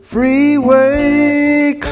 Freeway